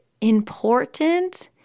important